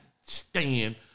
stand